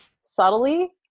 subtly